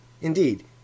Indeed